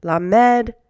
Lamed